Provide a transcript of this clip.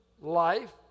life